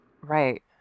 Right